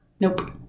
Nope